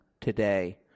today